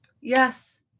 Yes